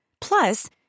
Plus